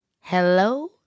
Hello